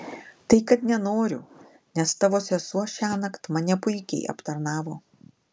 tai kad nenoriu nes tavo sesuo šiąnakt mane puikiai aptarnavo